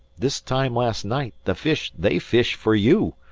this time last night the fish they fish for you.